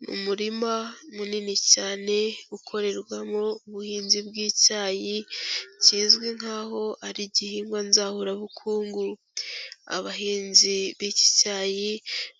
Ni umurima munini cyane, ukorerwamo ubuhinzi bw'icyayi, kizwi nk'aho ari igihingwa nzahuru bukungu, abahinzi b'iki cyayi